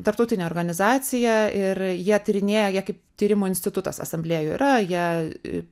tarptautinė organizacija ir jie tyrinėja jie kaip tyrimų institutas asamblėjų yra jie